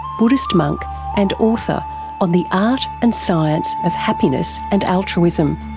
buddhist monk and author on the art and science of happiness and altruism.